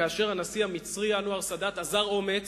כאשר הנשיא המצרי אנואר סאדאת אזר אומץ,